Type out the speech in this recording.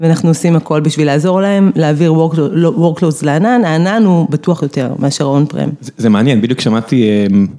ואנחנו עושים הכל בשביל לעזור להם, להעביר Workclose לענן, הענן הוא בטוח יותר מאשר ה-On-Prem. זה מעניין, בדיוק שמעתי...